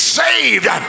saved